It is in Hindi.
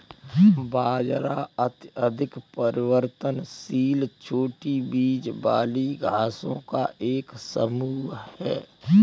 बाजरा अत्यधिक परिवर्तनशील छोटी बीज वाली घासों का एक समूह है